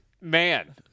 man